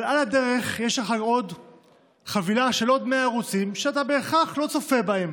אבל על הדרך יש לך חבילה של עוד 100 ערוצים שאתה לא בהכרח צופה בהם.